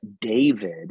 David